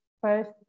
first